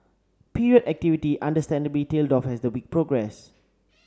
period activity understandably tailed off as the week progressed